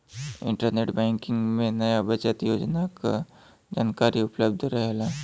internet banking में नया बचत योजना क जानकारी उपलब्ध रहेला